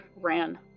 ran